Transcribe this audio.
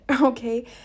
okay